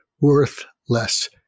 worthless